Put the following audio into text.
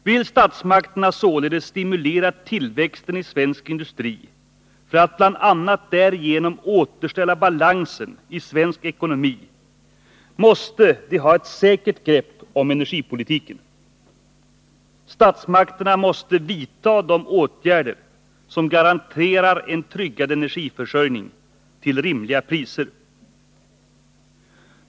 Vill statsmakterna således stimulera tillväxten i svensk industri för att bl.a. därigenom återställa balansen i svensk ekonomi, måste de ha ett säkert grepp om energipolitiken. Statsmakterna måste vidta de åtgärder som garanterar en tryggad energiförsörjning till rimliga priser.